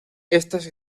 estas